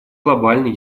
глобальной